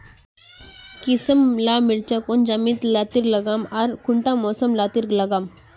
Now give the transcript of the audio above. किसम ला मिर्चन कौन जमीन लात्तिर लगाम आर कुंटा मौसम लात्तिर लगाम?